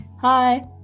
Hi